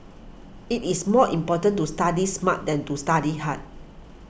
it is more important to study smart than to study hard